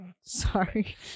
Sorry